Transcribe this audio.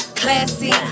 classy